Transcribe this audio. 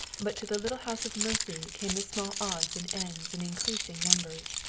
but to the little house of mercy came the small odds and ends in increasing numbers.